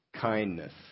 Kindness